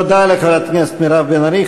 תודה לחברת הכנסת מירב בן ארי.